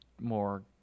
more